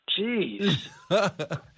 Jeez